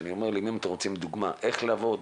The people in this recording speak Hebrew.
כשאני אומר, למי אתם רוצים דוגמא איך לעבוד,